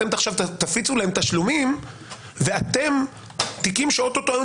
אתם עכשיו תפיצו להם תשלומים ותיקים שאוטוטו היו